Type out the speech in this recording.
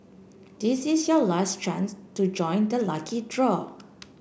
this is your last chance to join the lucky draw